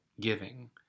giving